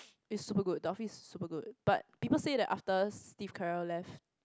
is super good the Office is super good but people said that after Steve-Carell left